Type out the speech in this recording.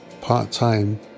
part-time